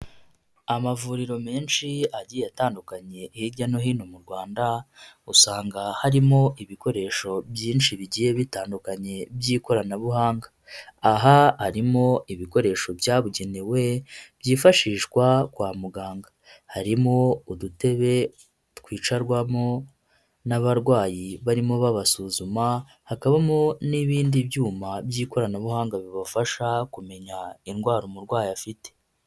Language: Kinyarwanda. Amavuriro menshi agiye atandukanye hirya no hino mu Rwanda, usanga harimo ibikoresho byinshi bigiye bitandukanye by'ikoranabuhanga. Aha harimo ibikoresho byabugenewe, byifashishwa kwa muganga. Harimo udutebe twicarwamo n'abarwayi barimo babasuzuma, hakabamo n'ibindi byuma by'ikoranabuhanga bibafasha kumenya indwara umurwayi afite.